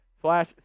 slash